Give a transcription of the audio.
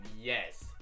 yes